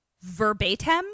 verbatim